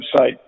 website